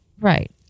Right